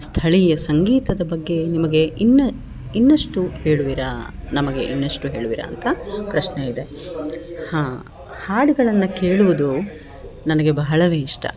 ಸ್ಥಳೀಯ ಸಂಗೀತದ ಬಗ್ಗೆ ನಿಮಗೆ ಇನ್ನೂ ಇನ್ನಷ್ಟು ಹೇಳುವಿರಾ ನಮಗೆ ಇನ್ನಷ್ಟು ಹೇಳುವಿರಾ ಅಂತ ಪ್ರಶ್ನೆಯಿದೆ ಹಾ ಹಾಡುಗಳನ್ನ ಕೇಳುವುದು ನನಗೆ ಬಹಳವೇ ಇಷ್ಟ